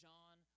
John